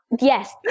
yes